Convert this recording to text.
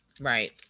right